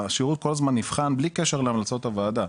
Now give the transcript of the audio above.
השירות כל הזמן נבחן בלי קשר להמלצות הוועדה.